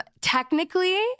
Technically